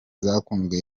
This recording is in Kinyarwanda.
zakunzwe